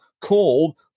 called